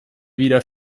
wieder